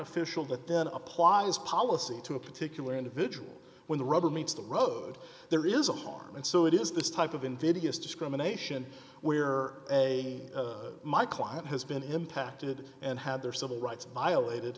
official that then applies policy to a particular individual when the rubber meets the road there is a harm and so it is this type of indigenous discrimination where my client has been impacted and had their civil rights violated